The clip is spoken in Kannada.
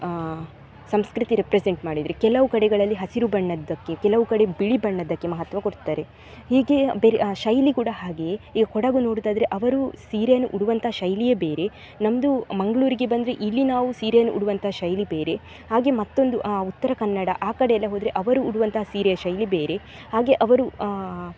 ಸಂಸ್ಕೃತಿ ರೆಪ್ರೆಸೆಂಟ್ ಮಾಡಿದರೆ ಕೆಲವು ಕಡೆಗಳಲ್ಲಿ ಹಸಿರು ಬಣ್ಣದ್ದಕ್ಕೆ ಕೆಲವು ಕಡೆ ಬಿಳಿ ಬಣ್ಣದ್ದಕ್ಕೆ ಮಹತ್ವ ಕೊಡ್ತಾರೆ ಹೀಗೆಯೇ ಬೇರೆ ಶೈಲಿ ಕೂಡ ಹಾಗೆಯೇ ಈಗ ಕೊಡಗು ನೋಡೋದಾದ್ರೆ ಅವರೂ ಸೀರೆಯನ್ನು ಉಡುವಂಥ ಶೈಲಿಯೇ ಬೇರೆ ನಮ್ಮದು ಮಂಗಳೂರಿಗೆ ಬಂದರೆ ಇಲ್ಲಿ ನಾವು ಸೀರೆಯನ್ನು ಉಡುವಂಥ ಶೈಲಿ ಬೇರೆ ಹಾಗೇ ಮತ್ತೊಂದು ಉತ್ತರ ಕನ್ನಡ ಆ ಕಡೆಯೆಲ್ಲ ಹೋದರೆ ಅವರು ಉಡುವಂಥ ಸೀರೆಯ ಶೈಲಿ ಬೇರೆ ಹಾಗೇ ಅವರು